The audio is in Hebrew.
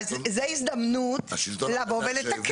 אז זו הזדמנות לבוא ולתקן.